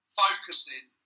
focusing